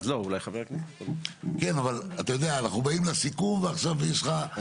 אנחנו באים לסיכום ועכשיו יש לך משפט.